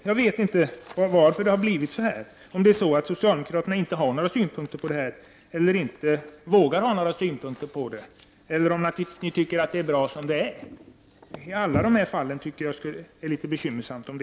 Jag vet inte varför det har blivit så här. Har inte socialdemokraterna några synpunkter på detta? Vågar socialdemokraterna inte ha några synpunkter, eller tycker ni att det är bra som det är? Jag tycker att alla dessa fall är litet bekymmersamma.